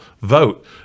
vote